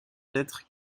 sept